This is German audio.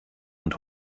und